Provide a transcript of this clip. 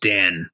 Dan